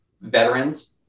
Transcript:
veterans